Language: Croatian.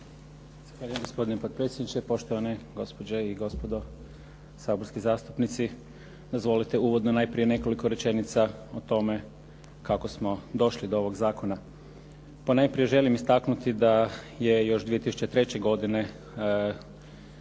Dražen** Gospodine potpredsjedniče, poštovane i gospođe saborski zastupnici. Dozvolite uvodno najprije nekoliko rečenica o tome kako smo došli do ovog zakona. Ponajprije želim istaknuti da je još 2003. godine